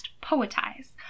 Poetize